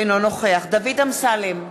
אינו נוכח דוד אמסלם,